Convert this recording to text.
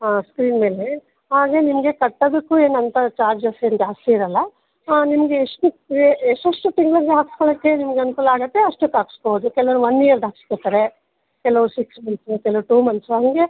ಹಾಂ ಸ್ಕ್ರೀನ್ ಮೇಲೆ ಹಾಗೇ ನಿಮಗೆ ಕಟ್ಟೋದಕ್ಕೂ ಏನು ಅಂಥ ಚಾರ್ಜಸ್ ಏನು ಜಾಸ್ತಿ ಇರೋಲ್ಲ ಹಾಂ ನಿಮಗೆ ಎಷ್ಟು ಎಷ್ಟೆಷ್ಟು ತಿಂಗ್ಳಿಗೆ ಹಾಕ್ಸ್ಕೊಳ್ಳೋಕೆ ನಿಮಗೆ ಅನುಕೂಲ ಆಗುತ್ತೆ ಅಷ್ಟಕ್ಕೆ ಹಾಕಿಸ್ಕೋಬೌದು ಕೆಲವರು ಒನ್ ಇಯರ್ದು ಹಾಕಿಸ್ಕೋತಾರೆ ಕೆಲವರು ಸಿಕ್ಸ್ ಮಂತ್ಸು ಕೆಲವರು ಟು ಮಂತ್ಸು ಹಾಗೆ